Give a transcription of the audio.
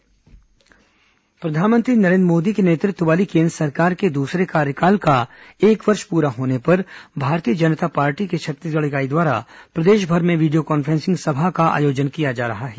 Bhajpa video conferencing सभा प्रधानमंत्री नरेन्द्र मोदी के नेतृत्व वाली केन्द्र सरकार के दूसरे कार्यकाल का एक वर्ष पूरा होने पर भारतीय जनता पार्टी की छत्तीसगढ़ इकाई द्वारा प्रदेशभर में वीडियो कॉन्फ्रेंसिंग सभा आयोजित की जा रही है